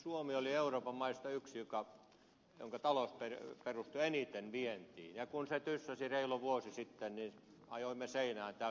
suomi oli euroopan maista sellainen jonka talous perustui eniten vientiin ja kun se tyssäsi reilu vuosi sitten niin ajoimme seinään täydellä vauhdilla